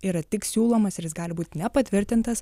yra tik siūlomas ir jis gali būt nepatvirtintas